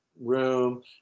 room